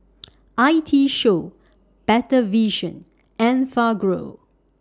I T Show Better Vision Enfagrow